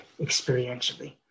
experientially